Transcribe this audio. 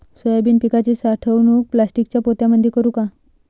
Soybean पिकाची साठवणूक प्लास्टिकच्या पोत्यामंदी करू का?